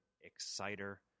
Exciter